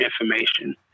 information